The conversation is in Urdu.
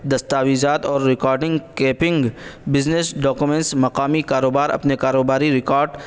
دستاویزات اور ریکاڈنگ کیپنگ بزنس ڈاکومنس مقامی کاروبار اپنے کاروباری ریکاڈ